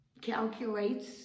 calculates